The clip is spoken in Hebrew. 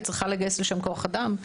היא צריכה לגייס לשם כוח אדם.